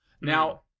Now